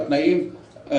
לגבי התנאים.